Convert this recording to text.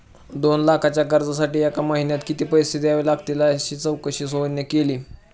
दोन लाखांच्या कर्जासाठी एका महिन्यात किती पैसे द्यावे लागतील अशी चौकशी सोहनने केली